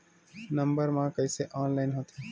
Number मा कइसे online होथे?